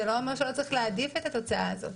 זה לא אומר שלא צריך להעדיף את התוצאה הזאת.